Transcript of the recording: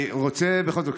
אני רוצה בכל זאת,